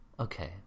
Okay